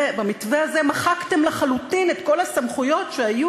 במתווה הזה מחקתם לחלוטין את כל הסמכויות שהיו